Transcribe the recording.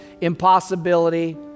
impossibility